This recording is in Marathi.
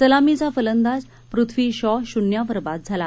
सलामीचा फलंदाज पृथ्वी शॉ शून्यावर बाद झाला